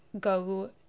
go